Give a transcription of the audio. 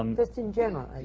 um just in general.